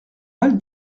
mal